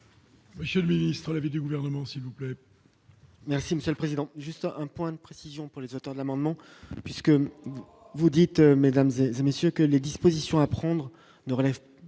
Monsieur le ministre, l'avis du gouvernement, s'il vous plaît. Merci Monsieur le Président, juste un point de précision pour les auteurs de l'amendement, puisque vous dites, mesdames et messieurs que les dispositions à prendre ne relève